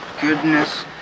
goodness